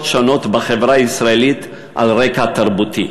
שונות בחברה הישראלית על רקע תרבותי.